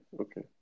Okay